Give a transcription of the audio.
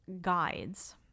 guides